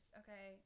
okay